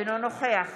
אינו נוכח